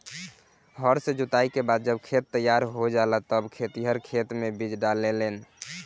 हर से जोताई के बाद जब खेत तईयार हो जाला तब खेतिहर खेते मे बीज डाले लेन